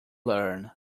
learn